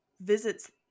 visits